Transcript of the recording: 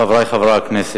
חברי חברי הכנסת,